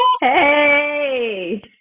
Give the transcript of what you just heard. Hey